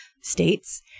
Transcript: states